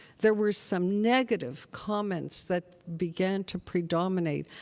there were some negative comments that began to predominate.